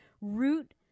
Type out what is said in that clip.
root